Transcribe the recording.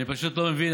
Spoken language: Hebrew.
אני פשוט לא מבין,